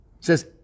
says